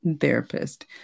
therapist